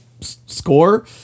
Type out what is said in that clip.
score